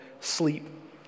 sleep